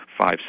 five